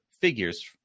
figures